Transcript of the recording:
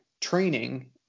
training